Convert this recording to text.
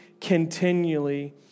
continually